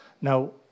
Now